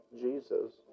Jesus